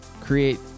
create